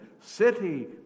city